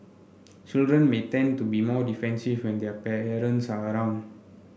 children may tend to be more defensive when their parents are around